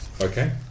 Okay